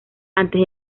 antes